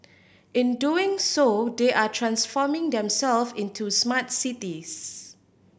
in doing so they are transforming themselves into smart cities